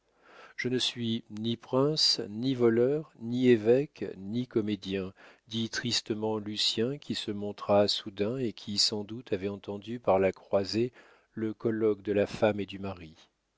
je ne suis ni prince ni voleur ni évêque ni comédien dit tristement lucien qui se montra soudain et qui sans doute avait entendu par la croisée le colloque de la femme et du mari